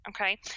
okay